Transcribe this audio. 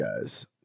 guys